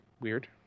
weird